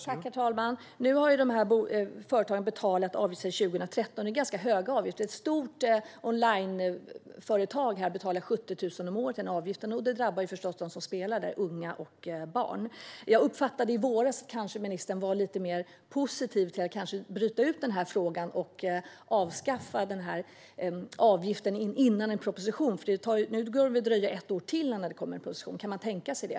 Herr talman! Nu har de här företagen betalat avgift sedan 2013. Det är en ganska hög avgift - ett stort onlineföretag betalar 70 000 om året. Det drabbar förstås dem som spelar: unga och barn. I våras uppfattade jag att ministern var lite mer positiv till att bryta ut den här frågan och avskaffa den här avgiften innan det kommer en proposition. Nu kommer det väl att dröja ett år till innan det kommer en proposition. Kan man tänka sig det?